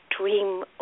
dream